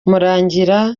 murangira